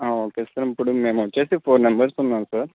okay sir ఇప్పుడు మేమొచ్చేసి four members ఉన్నాము సార్